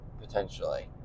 potentially